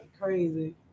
crazy